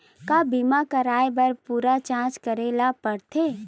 का बीमा कराए बर पूरा जांच करेला पड़थे?